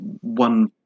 one